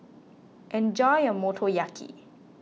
enjoy your Motoyaki